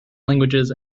languages